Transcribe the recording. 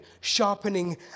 sharpening